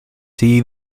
see